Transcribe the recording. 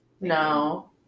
no